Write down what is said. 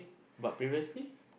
but previously